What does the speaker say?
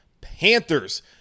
Panthers